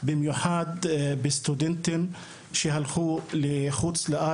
במיוחד כלפי סטודנטים שלמדו בחו"ל.